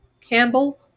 Campbell